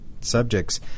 subjects